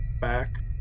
back